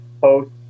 post